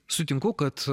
sutinku kad